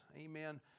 Amen